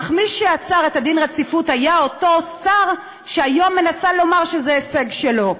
אך מי שעצר את דין הרציפות היה אותו שר שהיום מנסה לומר שזה הישג שלו.